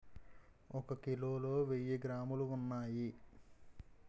ఒక కిలోలో వెయ్యి గ్రాములు ఉన్నాయి